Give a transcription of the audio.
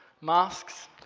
Masks